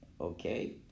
Okay